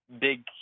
big